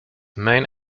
main